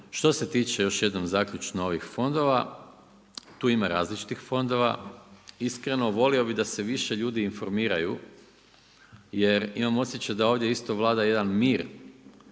Što se tiče još jednom, zaključno ovih fondova tu ima različitih fondova, iskreno volio bi da su više ljudi informiraju jer imam osjećaj da ovdje isto vlada jedan mir,